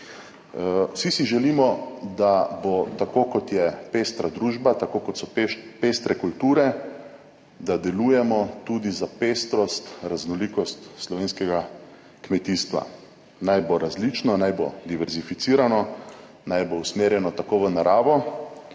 Vsi si želimo, da bo tako kot je pestra družba, tako kot so pestre kulture, da delujemo tudi za pestrost, raznolikost slovenskega kmetijstva, naj bo različno, naj bo diverzificirano, naj bo usmerjeno tako v naravo,